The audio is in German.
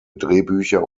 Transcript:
drehbücher